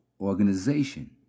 organization